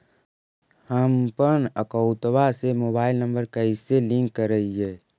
हमपन अकौउतवा से मोबाईल नंबर कैसे लिंक करैइय?